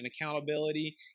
accountability